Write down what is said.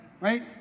right